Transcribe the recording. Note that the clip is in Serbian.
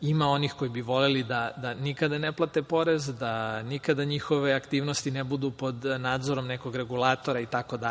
ima onih koji bi voleli da nikada ne plate porez, da nikada njihove aktivnosti ne budu pod nadzorom nekog regulatora itd.